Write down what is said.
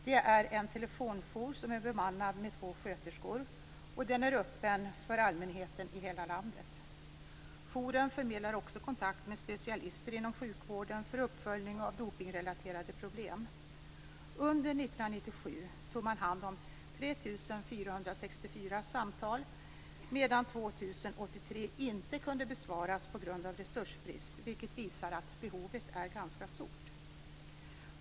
Det är en telefonjour som är bemannad med två sköterskor, och den är öppen för allmänheten i hela landet. Jouren förmedlar också kontakt med specialister inom sjukvården för uppföljning av dopningsrelaterade problem. Under 1997 tog man hand om 3 464 samtal medan 2 083 inte kunde besvaras på grund av resursbrist, vilket visar att behovet är stort.